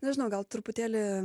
nežinau gal truputėlį